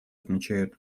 отмечают